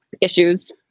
issues